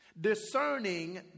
Discerning